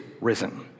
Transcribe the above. risen